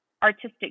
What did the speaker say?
artistic